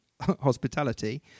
hospitality